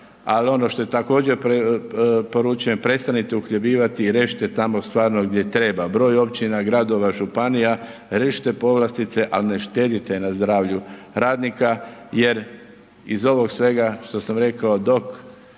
Ali ono što je također poručujem, prestanite uhljebljivati i riješite tamo stvarno gdje treba. Broj općina, gradova, županija, riješite povlastice, ali ne štedite na zdravlju radnika jer iz ovog svega što sam rekao, dok